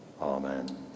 Amen